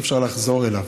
אי-אפשר לחזור אליו.